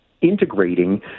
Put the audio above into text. integrating